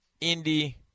Indy